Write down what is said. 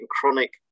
chronic